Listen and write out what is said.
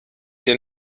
der